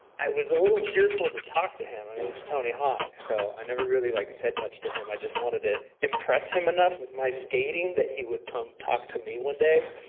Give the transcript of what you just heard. i was a little fearful to talk to him, i mean it was tony hawk, so i never really like said much to him. i just wanted to impress him enough with my skating that he would come talk to me one day.